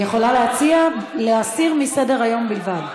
היא יכולה להציע להסיר מסדר-היום בלבד.